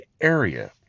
area